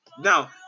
Now